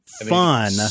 fun